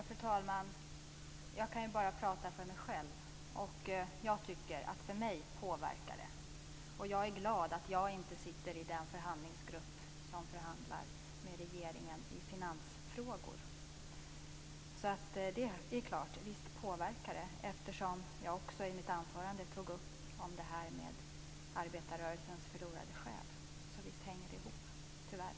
Fru talman! Jag kan ju bara prata för mig själv, och för mig påverkar det. Jag är glad att jag inte sitter i den förhandlingsgrupp som förhandlar med regeringen i finansfrågor. Visst påverkar det. Jag tog ju också i mitt anförande upp arbetarrörelsens förlorade själ - visst hänger det ihop. Tyvärr.